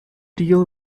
deal